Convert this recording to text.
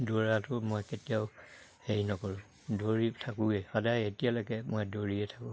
দৌৰাটো মই কেতিয়াও হেৰি নকৰোঁ দৌৰি থাকোঁৱেই সদায় এতিয়ালৈকে মই দৌৰিয়ে থাকোঁ